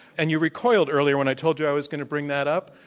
and you recoiled earlier when i told you i was going to bring that up,